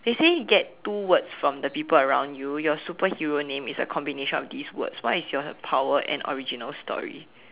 they say get two words from the people around you your superhero name is a combination of these words what is your power and original story